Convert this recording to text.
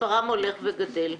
מספרם הולך וגדל.